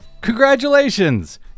congratulations